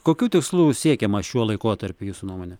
kokių tikslų siekiama šiuo laikotarpiu jūsų nuomone